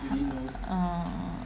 mm